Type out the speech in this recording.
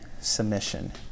submission